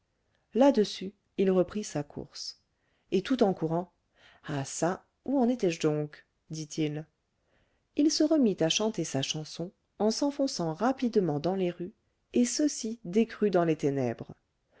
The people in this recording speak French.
là-dessus il reprit sa course et tout en courant ah çà où en étais-je donc dit-il il se remit à chanter sa chanson en s'enfonçant rapidement dans les rues et ceci décrut dans les ténèbres